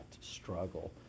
struggle